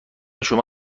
شما